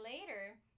later